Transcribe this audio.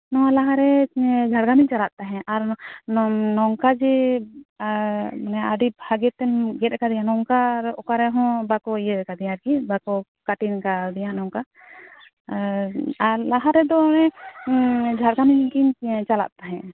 ᱱᱚᱣᱟ ᱞᱟᱦᱟ ᱨᱮ ᱡᱷᱟᱲᱜᱨᱟᱢᱤᱧ ᱪᱟᱞᱟᱜ ᱛᱟᱦᱮᱸᱫ ᱟᱨ ᱱᱚᱝᱠᱟ ᱡᱮ ᱟᱹᱰᱤ ᱵᱷᱟᱹᱜᱤ ᱛᱮᱢ ᱜᱮᱫ ᱟᱠᱟᱫᱤᱧᱟ ᱱᱚᱝᱠᱟ ᱚᱠᱟ ᱨᱮᱦᱚᱸ ᱵᱟᱠᱚ ᱤᱭᱟᱹ ᱠᱟᱫᱤᱧᱟᱹ ᱟᱨᱠᱤ ᱵᱟᱠᱚ ᱠᱟᱴᱤᱱ ᱠᱟᱣᱫᱤᱧᱟ ᱱᱚᱝᱠᱟ ᱟᱨ ᱞᱟᱦᱟ ᱨᱮᱫᱚ ᱚᱱᱮ ᱡᱷᱟᱲᱜᱨᱟᱢ ᱜᱤᱧ ᱪᱟᱞᱟᱜ ᱛᱟᱦᱮᱸᱫ